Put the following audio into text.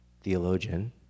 theologian